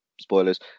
spoilers